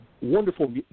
wonderful